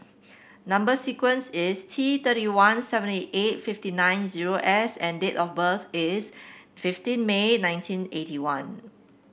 number sequence is T thirty one seventy eight fifty nine zero S and date of birth is fifteen May nineteen eighty one